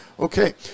Okay